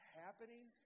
happening